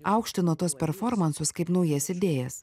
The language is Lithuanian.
aukštino tuos performansus kaip naujas idėjas